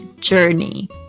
Journey